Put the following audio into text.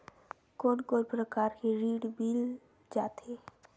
कोन कोन प्रकार के ऋण मिल जाथे?